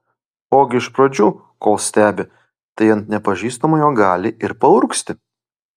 ogi iš pradžių kol stebi tai ant nepažįstamojo gali ir paurgzti